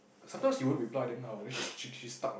I thought she won't reply then how she's she's stuck what